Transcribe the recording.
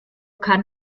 kann